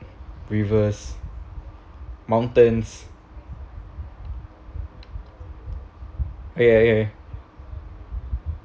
rivers mountains okay okay okay